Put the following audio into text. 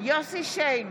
יוסף שיין,